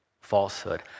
falsehood